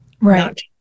right